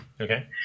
Okay